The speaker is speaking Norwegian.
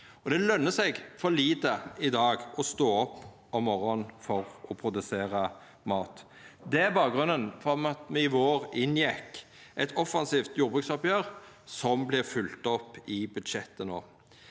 det løner seg for lite i dag å stå opp om morgonen for å produsera mat. Det er bakgrunnen for at me i vår inngjekk eit offensivt jordbruksoppgjer som vert følgt opp i budsjettet no.